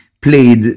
played